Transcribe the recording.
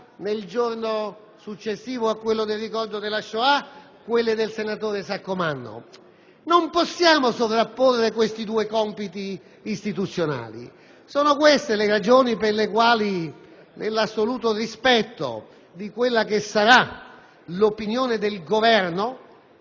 nel giorno successivo a quello del ricordo della Shoah, e quelle del senatore Saccomanno), non possiamo sovrapporre questi due compiti istituzionali. Sono queste le ragioni per le quali, nell'assoluto rispetto di quella che sarà l'opinione del Governo,